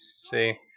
See